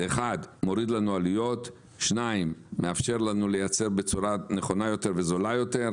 זה מוריד לנו עלויות ומאפשר לנו לייצר בצורה נכונה יותר וזולה יותר,